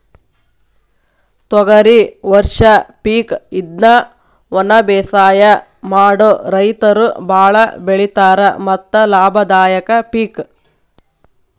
ತೊಗರಿ ವರ್ಷ ಪಿಕ್ ಇದ್ನಾ ವನಬೇಸಾಯ ಮಾಡು ರೈತರು ಬಾಳ ಬೆಳಿತಾರ ಮತ್ತ ಲಾಭದಾಯಕ ಪಿಕ್